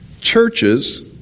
churches